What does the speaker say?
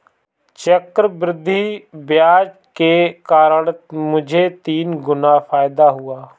चक्रवृद्धि ब्याज के कारण मुझे तीन गुना फायदा हुआ